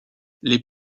les